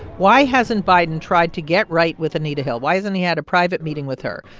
why hasn't biden tried to get right with anita hill? why hasn't he had a private meeting with her?